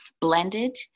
Blended